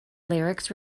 lyrics